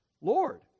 Lord